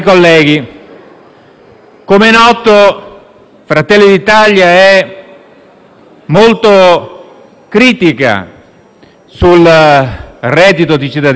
come è noto, Fratelli d'Italia è molto critica sul reddito di cittadinanza